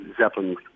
Zeppelin